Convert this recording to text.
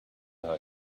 how